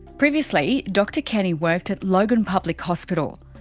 previously dr kenny worked at logan public hospital.